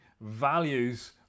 values